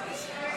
51 בעד, 60 נגד.